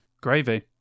Gravy